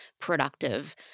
productive-